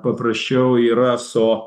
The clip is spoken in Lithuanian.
paprasčiau yra su